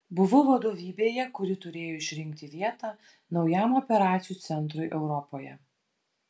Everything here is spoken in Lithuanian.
buvau vadovybėje kuri turėjo išrinkti vietą naujam operacijų centrui europoje